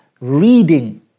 reading